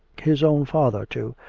his own father, too,